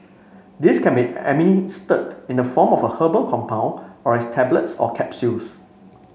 these can be administered in the form of a herbal compound or as tablets or capsules